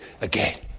again